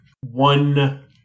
one